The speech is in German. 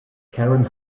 karen